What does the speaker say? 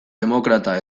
demokrata